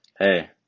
hey